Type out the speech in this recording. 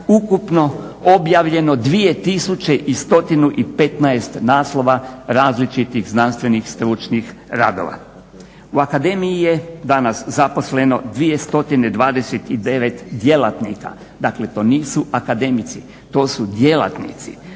ukupno objavljeno 2115 naslova različitih znanstvenih, stručnih radova. U akademiji je danas zaposleno 229 djelatnika. Dakle, to nisu akademici to su djelatnici